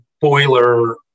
boiler